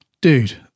Dude